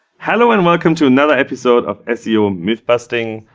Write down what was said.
hello and welcome to another episode of seo mythbusting.